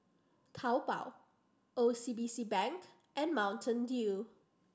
Taobao O C B C Bank and Mountain Dew